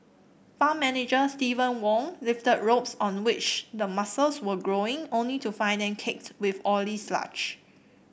farm manager Steven Wong lifted ropes on which the mussels were growing only to find them caked with oily sludge